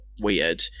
weird